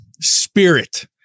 spirit